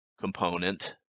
component